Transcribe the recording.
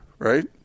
Right